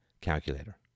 calculator